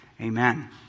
Amen